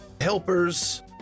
helpers